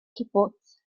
cibwts